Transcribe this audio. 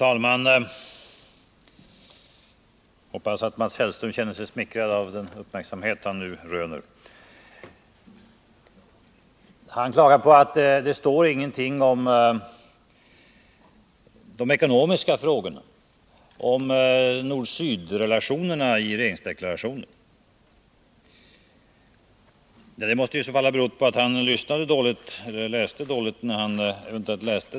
Fru talman! Mats Hellström klagar på att det inte står någonting i deklarationen om de ekonomiska frågorna och om nord-sydrelationerna. Det måste bero på att han lyssnat dåligt eller läst deklarationen dåligt.